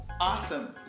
awesome